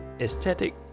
aesthetic